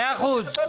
נכון.